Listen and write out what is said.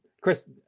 chris